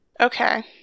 Okay